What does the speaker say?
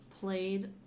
played